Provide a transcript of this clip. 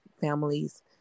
families